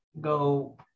go